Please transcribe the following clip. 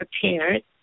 prepared